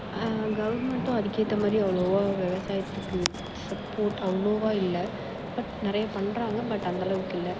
கவர்மெண்ட்டும் அதுக்கு ஏற்ற மாதிரி அவ்வளோவா விவசாயத்துக்கு சப்போர்ட் அவ்வளோவா இல்லை பட் நிறைய பண்ணுறாங்க பட் அந்தளவுக்கு இல்லை